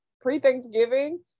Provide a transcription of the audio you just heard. pre-Thanksgiving